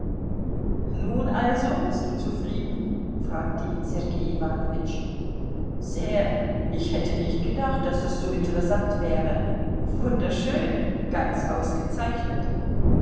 nun also bist du zufrieden fragte ihn sergei iwanowitsch sehr ich hätte nicht gedacht daß das so interessant wäre wunderschön ganz ausgezeichnet